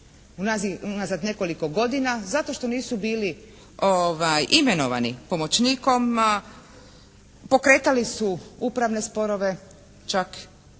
unazad nekoliko godina zato što nisu bili imenovani pomoćnikom pokretali su upravne sporove, čak